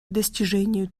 достижению